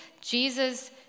Jesus